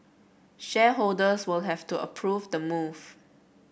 shareholders will have to approve the move